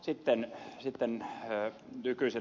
sitten nykyisen ed